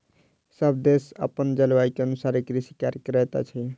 सभ देश अपन जलवायु के अनुसारे कृषि कार्य करैत अछि